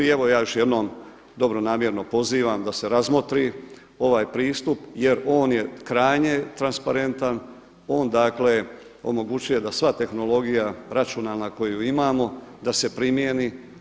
I evo ja još jednom dobronamjerno pozivam da se razmotri ovaj pristup jer on je krajnje transparentan, on dakle omogućuje da sva tehnologija računalna koju imamo da se primjeni.